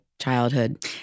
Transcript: childhood